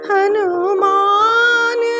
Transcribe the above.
Hanuman